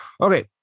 Okay